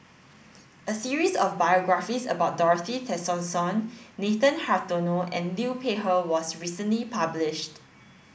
a series of biographies about Dorothy Tessensohn Nathan Hartono and Liu Peihe was recently published